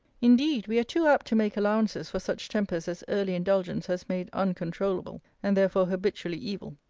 indeed, we are too apt to make allowances for such tempers as early indulgence has made uncontroulable and therefore habitually evil.